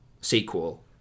sequel